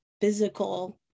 physical